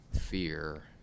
fear